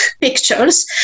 pictures